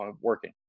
working